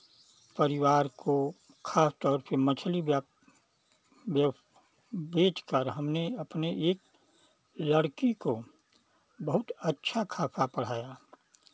परिवार को खास तौर से मछली ब्यो बेचकर हमने अपने एक लड़की को बहुत अच्छा खासा पढ़ाया